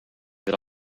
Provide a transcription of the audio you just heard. that